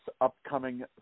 upcoming